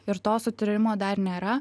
ir to sutarimo dar nėra